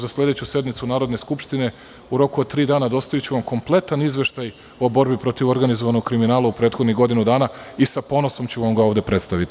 Za sledeću sednicu Skupštine, u roku od tri dana dostaviću vam kompletan izveštaj o borbi protiv organizovanog kriminala u prethodnih godinu dana i sa ponosom ću vam ga ovde predstaviti.